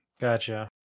Gotcha